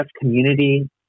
community